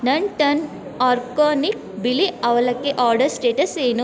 ನನ್ನ ಟನ್ ಆರ್ಕೋನಿಕ್ ಬಿಳಿ ಅವಲಕ್ಕಿ ಆರ್ಡರ್ ಸ್ಟೇಟಸ್ ಏನು